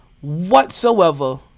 whatsoever